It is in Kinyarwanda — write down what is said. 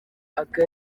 aka